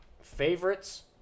favorites